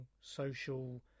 social